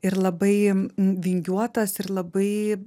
ir labai vingiuotas ir labai